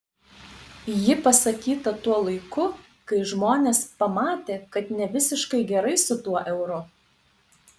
ji pasakyta tuo laiku kai žmonės pamatė kad ne visiškai gerai su tuo euru